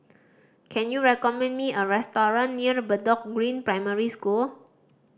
can you recommend me a restaurant near Bedok Green Primary School